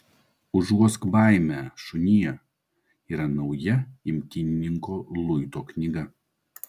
užuosk baimę šunie yra nauja imtynininko luito knyga